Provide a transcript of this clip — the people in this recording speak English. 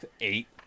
Eight